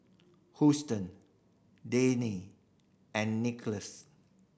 Huston and